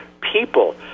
people